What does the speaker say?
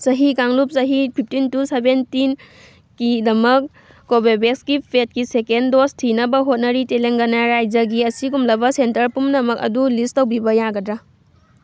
ꯆꯍꯤ ꯀꯥꯡꯂꯨꯞ ꯆꯍꯤ ꯐꯤꯞꯇꯤꯟ ꯇꯨ ꯁꯕꯦꯟꯇꯤꯟꯒꯤꯗꯃꯛ ꯀꯣꯕꯦꯕꯦꯁꯀꯤ ꯄꯦꯠꯀꯤ ꯁꯦꯀꯦꯟ ꯗꯣꯁ ꯊꯤꯅꯕ ꯍꯣꯠꯅꯔꯤ ꯇꯤꯂꯪꯒꯅꯥ ꯔꯥꯏꯖꯒꯤ ꯑꯁꯤꯒꯨꯝꯂꯕ ꯁꯦꯟꯇꯔ ꯄꯨꯝꯅꯃꯛ ꯑꯗꯨ ꯂꯤꯁ ꯇꯧꯕꯤꯕ ꯌꯥꯒꯗ꯭ꯔꯥ